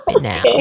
now